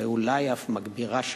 ואולי אף מגבירה שחיתות.